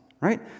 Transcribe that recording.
right